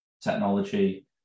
technology